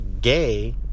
gay